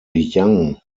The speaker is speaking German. yang